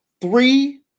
three